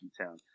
town